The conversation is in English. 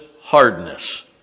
hardness